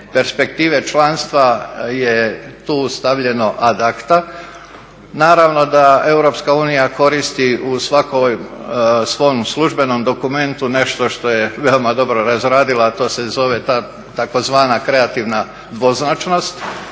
perspektive članstva je tu stavljeno ad acta, naravno da EU koristi u svakom svom službenom dokumentu nešto što je veoma dobro razradila, a to se zove tzv. kreativna dvoznačnost.